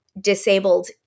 disabled